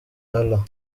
allah